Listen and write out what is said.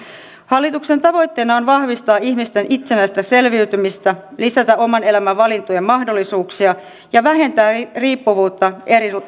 hallituksen tavoitteena on vahvistaa ihmisten itsenäistä selviytymistä lisätä oman elämän valintojen mahdollisuuksia ja vähentää riippuvuutta